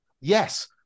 Yes